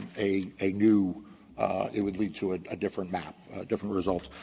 a a new it would lead to a a different map, a different result.